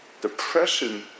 Depression